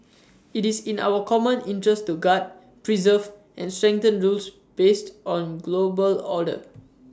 IT is in our common interest to guard preserve and strengthen rules based on global order